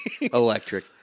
Electric